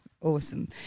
awesome